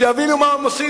שיבינו מה הם עושים.